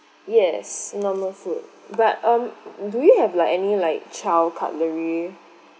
yes normal food but um do you have like any like child cutlery